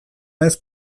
naiz